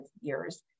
years